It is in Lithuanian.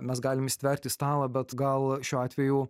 mes galim įsitvert į stalą bet gal šiuo atveju